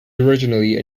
originally